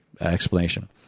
explanation